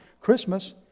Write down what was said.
Christmas